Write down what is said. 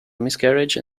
miscarriage